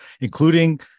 including